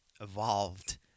evolved